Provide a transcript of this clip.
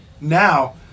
now